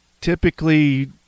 typically